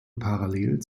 parallel